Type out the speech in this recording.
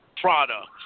product